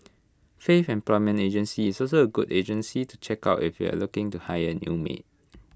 faith employment agency is also A good agency to check out if you are looking to hire A new maid